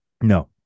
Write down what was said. No